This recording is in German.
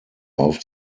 auf